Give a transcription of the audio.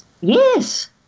yes